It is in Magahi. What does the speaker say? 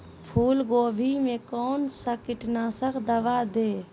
फूलगोभी में कौन सा कीटनाशक दवा दे?